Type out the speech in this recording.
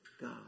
God